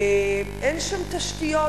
אין שם תשתיות,